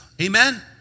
Amen